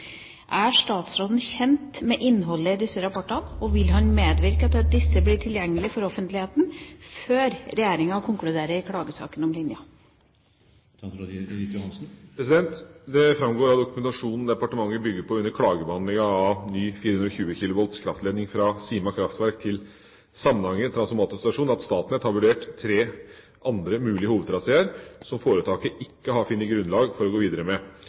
Er statsråden kjent med innholdet i disse rapportene, og vil han medvirke til at disse blir tilgjengelige for offentligheten før regjeringen konkluderer i klagesaken om linjen?» Det framgår av dokumentasjonen departementet bygger på under klagebehandlingen av ny 420 kV kraftledning fra Sima kraftverk til Samnanger transformatorstasjon, at Statnett har vurdert tre andre mulige hovedtraseer som foretaket ikke har funnet grunnlag for å gå videre med.